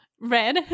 red